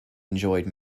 enjoyed